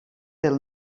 del